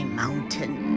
mountain